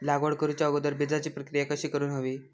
लागवड करूच्या अगोदर बिजाची प्रकिया कशी करून हवी?